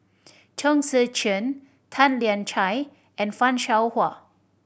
Chong Tze Chien Tan Lian Chye and Fan Shao Hua